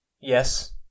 Yes